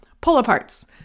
pull-aparts